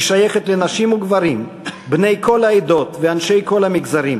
היא שייכת לנשים וגברים בני כל העדות ואנשי כל המגזרים